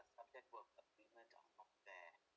a subject were compliment of